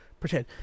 pretend